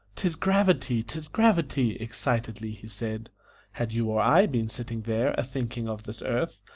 tis gravity! tis gravity! excitedly he said had you or i been sitting there a-thinking of this earth,